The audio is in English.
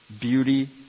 beauty